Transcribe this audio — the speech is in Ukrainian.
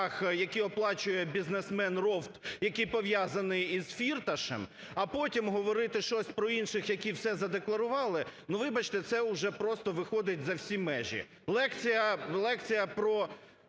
які оплачує бізнесмен Ровт, який пов'язаний із Фірташем, а потім говорити щось про інших, які все задекларували, ну, вибачте, це уже просто виходить за всі межі, лекція про